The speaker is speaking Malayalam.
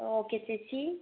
ഓക്കെ ചേച്ചി